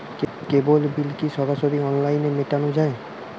কেবল bill কি সরাসরি অনলাইনে মেটানো য়ায়?